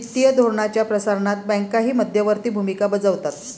वित्तीय धोरणाच्या प्रसारणात बँकाही मध्यवर्ती भूमिका बजावतात